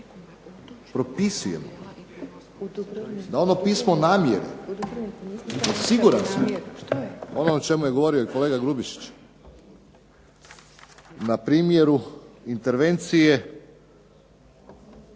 propisujemo da ono pismo namjere, siguran sam ono o čemu je govorio i kolega Grubišić na primjeru intervencije